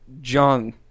John